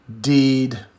deed